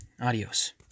Adios